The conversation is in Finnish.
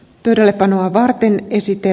pöydällepanoa varten ei sitten